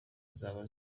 zaba